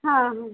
ହଁ ହଁ